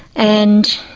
and